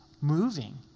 moving